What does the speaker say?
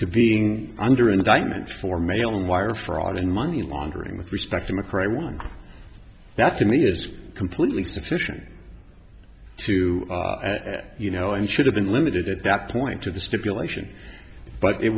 to being under indictment for mailing wire fraud and money laundering with respect to mcrae one that's in the is completely sufficient to you know and should have been limited at that point to the stipulation but it